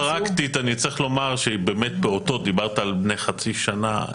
דיברת על בני חצי שנה,